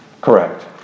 Correct